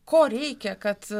ko reikia kad